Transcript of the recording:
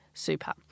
super